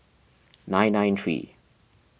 nine nine three